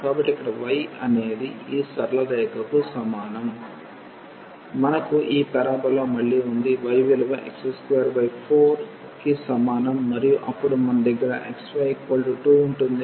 కాబట్టి ఇక్కడ y అనేది ఈ సరళ రేఖకు సమానం మనకు ఈ పారాబోలా మళ్లీ ఉంది y విలువ x24 కి సమానం మరియు అప్పుడు మన దగ్గర xy 2 ఉంటుంది